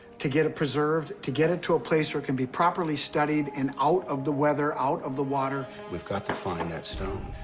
to get it preserved, to get it to a place where it can be properly studied and out of the weather, out of the water. we've got to find that stone.